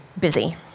busy